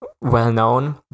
well-known